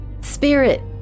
Spirit